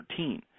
13